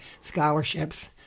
scholarships